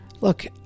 Look